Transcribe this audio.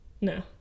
No